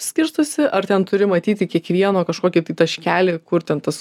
skirstosi ar ten turi matyti kiekvieno kažkokį tai taškelį kur ten tas